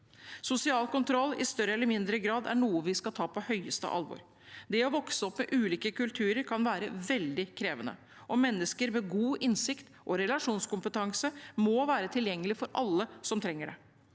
Sosial kontroll i større eller mindre grad er noe vi skal ta på høyeste alvor. Det å vokse opp med ulike kulturer kan være veldig krevende, og mennesker med god innsikt og relasjonskompetanse må være tilgjengelig for alle som trenger det.